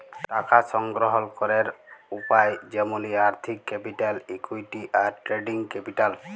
টাকা সংগ্রহল ক্যরের উপায় যেমলি আর্থিক ক্যাপিটাল, ইকুইটি, আর ট্রেডিং ক্যাপিটাল